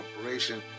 Corporation